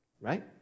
right